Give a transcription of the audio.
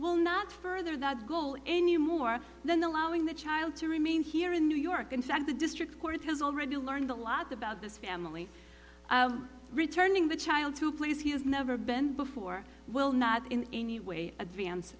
will not further that goal any more than the allowing the child to remain here in new york in fact the district court has already learned a lot about this family returning the child to a place he has never been before will not in any way advance